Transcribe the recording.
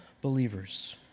believers